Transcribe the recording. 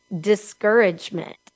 discouragement